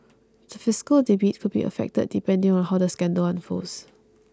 the fiscal debate could be affected depending on how the scandal unfolds